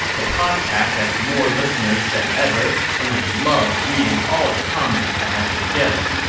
the podcast has more listeners than ever, and i love reading all the comments i've been getting.